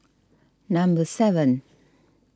number seven